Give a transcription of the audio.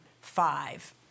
five